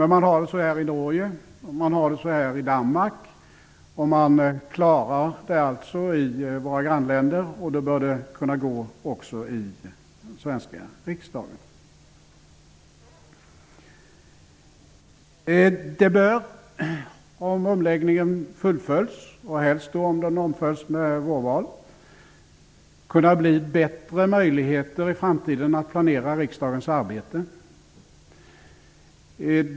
I våra grannländer Norge och Danmark har man det så här, och om de klarar det bör det kunna gå också i den svenska riksdagen. Om omläggningen fullföljs -- helst med vårval -- bör det kunna bli bättre möjligheter i framtiden att planera riksdagens arbete.